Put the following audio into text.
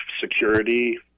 security